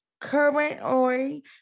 currently